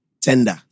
tender